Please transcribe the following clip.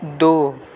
دو